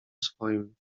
swoim